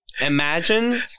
Imagine